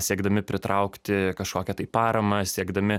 siekdami pritraukti kažkokią tai paramą siekdami